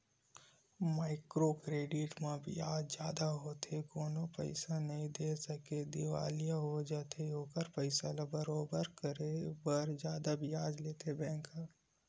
micro credit म बियाज जादा होथे कोनो पइसा नइ दे सकय दिवालिया हो जाथे ओखर पइसा ल बरोबर करे बर जादा बियाज लेथे बेंक ह